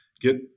get